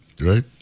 right